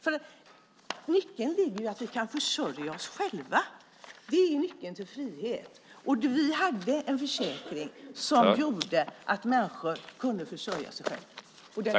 Nyckeln till frihet ligger i att vi kan försörja oss själva. Vi hade en försäkring som gjorde att människor kunde försörja sig själva.